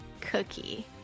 Cookie